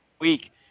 week